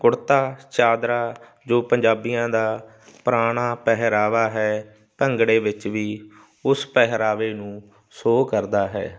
ਕੁੜਤਾ ਚਾਦਰਾ ਜੋ ਪੰਜਾਬੀਆਂ ਦਾ ਪੁਰਾਣਾ ਪਹਿਰਾਵਾ ਹੈ ਭੰਗੜੇ ਵਿੱਚ ਵੀ ਉਸ ਪਹਿਰਾਵੇ ਨੂੰ ਸ਼ੋ ਕਰਦਾ ਹੈ